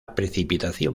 precipitación